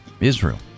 Israel